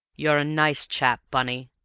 you're a nice chap, bunny!